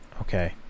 Okay